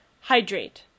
Hydrate